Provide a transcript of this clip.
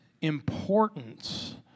importance